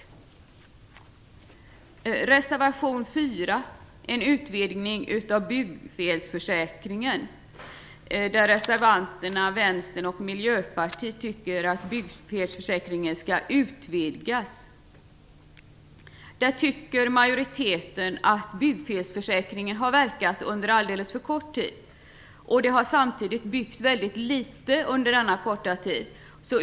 I reservation 4 föreslår reservanterna Vänsterpartiet och Miljöpartiet att byggfelsförsäkringen skall utvidgas. Utskottsmajoriteten menar att byggfelsförsäkringen har verkat under alldeles för kort tid och att det samtidigt har byggts väldigt litet under denna korta tid.